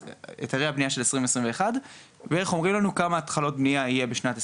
היתרי הבניה של 2021 ובערך אומרים לנו כמה התחלות בניה יהיו בשנת 2022,